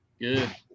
Good